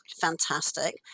fantastic